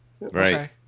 right